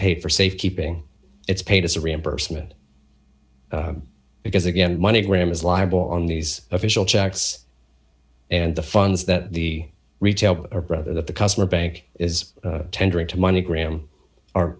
paid for safekeeping it's paid as a reimbursement because again money gram is liable on these official checks and the funds that the retail or brother that the customer bank is tendering to money gram are